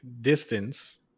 distance